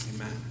Amen